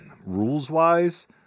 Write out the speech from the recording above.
rules-wise